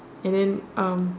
and um